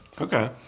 Okay